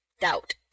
doubt